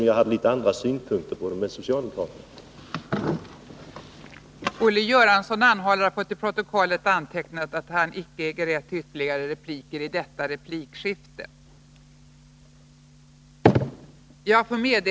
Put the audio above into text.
Den kritiken återfaller alltså på Olle Göransson och socialdemokraterna själva.